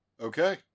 Okay